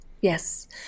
yes